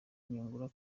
nyungura